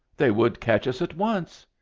they would catch us at once.